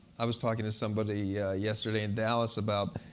i was talking to somebody yesterday in dallas about,